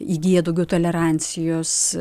įgyja daugiau tolerancijos